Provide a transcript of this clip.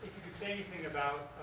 you could say anything about